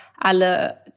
alle